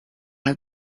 have